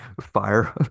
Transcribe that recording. Fire